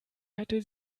hätte